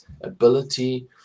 ability